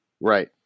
Right